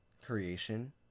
creation